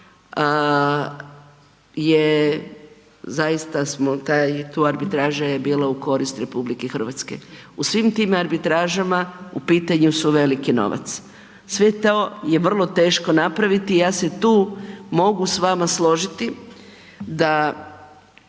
postigao, ta arbitraža je bila u korist RH. U svim tim arbitražama u pitanju su veliki novac, sve to je vrlo teško napraviti i ja se tu mogu s vama složiti da